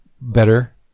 better